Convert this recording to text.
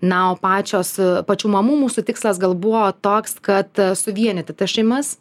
na o pačios pačių mamų mūsų tikslas gal buvo toks kad suvienyti tas šeimas